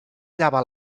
llava